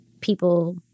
people